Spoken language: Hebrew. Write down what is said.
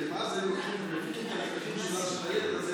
של הילד הזה,